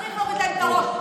צריך להוריד להם את הראש.